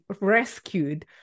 rescued